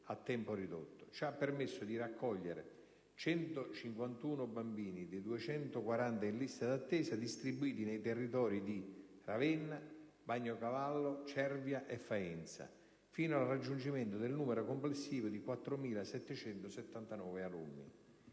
Ciò ha permesso di accogliere 151 bambini, dei 240 in lista d'attesa, distribuiti nei territori di Ravenna, Bagnacavallo, Cervia e Faenza, fino al raggiungimento del numero complessivo di 4.779 alunni.